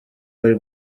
bari